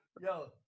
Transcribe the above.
Yo